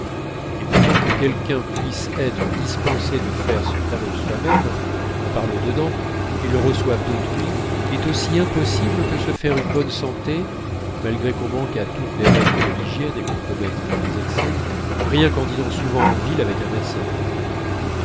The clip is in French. et pourtant que quelqu'un puisse être dispensé de faire ce talent soi-même par le dedans et le reçoive d'autrui est aussi impossible que se faire une bonne santé malgré qu'on manque à toutes les règles de l'hygiène et qu'on commette les pires excès rien qu'en dînant souvent en ville avec un médecin